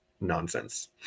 nonsense